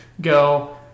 go